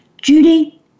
Judy